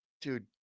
Dude